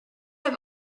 have